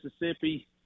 Mississippi